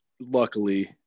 luckily